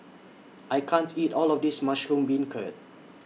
I can't eat All of This Mushroom Beancurd